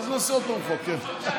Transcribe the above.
נעשה עוד פעם חוק.